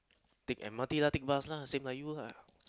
take M_R_T lah take bus lah same like you lah